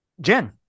Jen